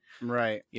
Right